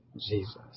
jesus